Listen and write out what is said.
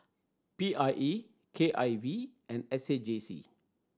P I E K I V and S A J C